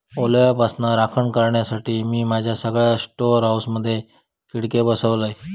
ओलाव्यापासना राखण करण्यासाठी, मी माझ्या सगळ्या स्टोअर हाऊसमधे खिडके बसवलय